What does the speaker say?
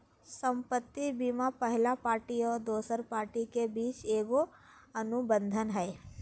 संपत्ति बीमा पहला पार्टी और दोसर पार्टी के बीच एगो अनुबंध हइ